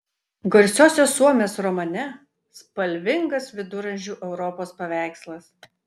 garsiosios suomės romane spalvingas viduramžių europos paveikslas